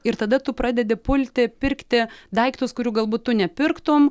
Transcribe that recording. ir tada tu pradedi pulti pirkti daiktus kurių galbūt tu nepirktum